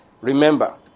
Remember